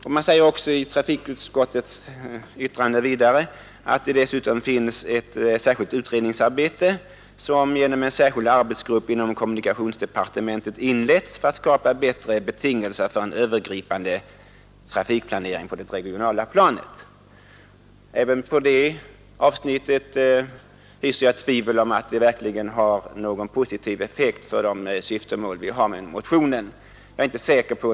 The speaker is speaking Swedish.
Trafikutskottet skriver vidare i sitt betänkande att det dessutom pågår ”utredningsarbete, som genom en särskild arbetsgrupp inom kommunikationsdepartementet inletts för att skapa bättre betingelser för en övergripande trafikplanering på det regionala planet”. Även i det avsnittet hyser jag tvivel om att det har någon positiv effekt på det syftemål vi har med motionen.